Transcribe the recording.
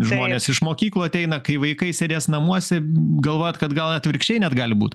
žmonės iš mokyklų ateina kai vaikai sėdės namuose galvojat kad gal atvirkščiai net gali būt